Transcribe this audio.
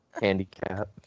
handicap